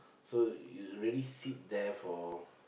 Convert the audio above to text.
so you really sit there for